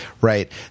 right